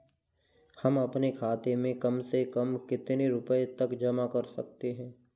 हम अपने खाते में कम से कम कितने रुपये तक जमा कर सकते हैं?